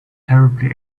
terribly